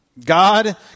God